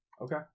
Okay